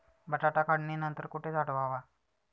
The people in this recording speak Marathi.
बटाटा काढणी नंतर कुठे साठवावा?